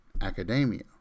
academia